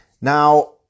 now